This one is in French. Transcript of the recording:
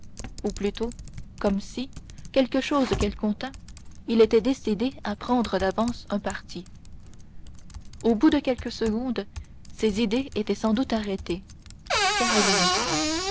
ou plutôt comme si quelque chose qu'elle contînt il était décidé à prendre d'avance un parti au bout de quelques secondes ses idées étaient sans doute arrêtées car il